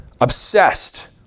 obsessed